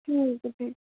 ठीक ऐ फ्ही